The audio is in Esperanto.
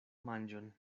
manĝon